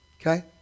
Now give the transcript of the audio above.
Okay